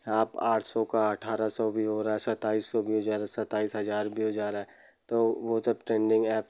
आप आठ सौ का अट्ठारह सौ भी हो रहा है सत्ताईस सौ सत्ताईस हज़ार भी हो जा रहा है तो वह सब ट्रेंडिंग ऐप्स